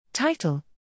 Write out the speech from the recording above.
Title